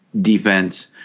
defense